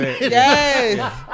Yes